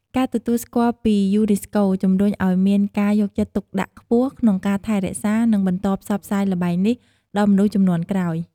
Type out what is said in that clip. ការទទួលស្គាល់ពីយូណេស្កូ ជំរុញឱ្យមានការយកចិត្តទុកដាក់ខ្ពស់ក្នុងការថែរក្សា និងបន្តផ្សព្វផ្សាយល្បែងនេះដល់មនុស្សជំនាន់ក្រោយ។